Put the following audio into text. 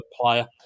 player